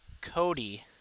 Cody